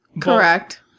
Correct